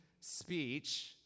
speech